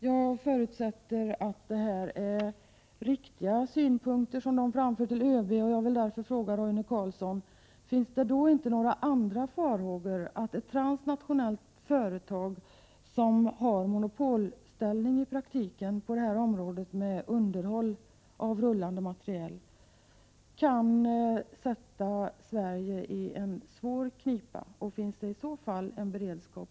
Jag förutsätter att detta är riktigt och vill därför fråga Roine Carlsson: Finns det farhågor för att ett transnationellt företag, som i praktiken har monopol på underhåll av rullande materiel, kan sätta Sverige i en svår knipa? Finns det i så fall beredskap?